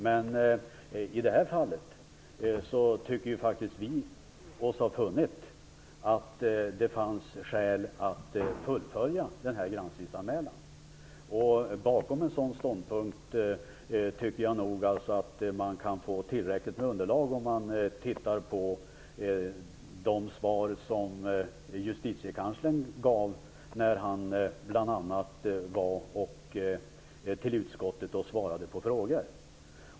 Men i det här fallet tycker vi ju faktiskt oss ha funnit att det fanns skäl att fullfölja den här granskningsanmälan. Jag anser nog att vi har fått tillräckligt med stöd för den ståndpunkten i de svar som justitiekanslern gav när han var i utskottet och svarade på frågor.